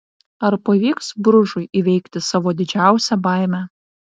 ar pavyks bružui įveikti savo didžiausią baimę